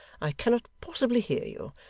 i cannot possibly hear you.